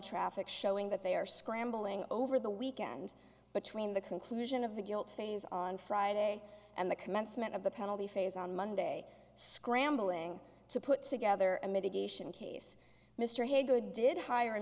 traffic showing that they are scrambling over the weekend but tween the conclusion of the guilt phase on friday and the commencement of the penalty phase on monday scrambling to put together a mitigation case mr haygood did hire a